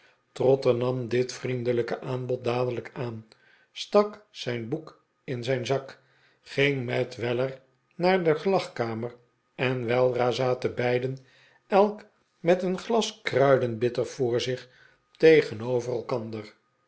nam dit vriendelijke aanbod dadelijk aan stak zijn boek in zijn zak ging met weller naar de gelagkamer en weldra zaten beiden elk met een glas kruidenbitter voor zich tegenover elkander